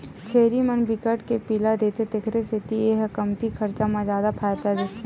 छेरी मन बिकट के पिला देथे तेखर सेती ए ह कमती खरचा म जादा फायदा देथे